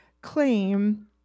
claim